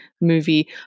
movie